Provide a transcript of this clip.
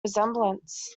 resemblance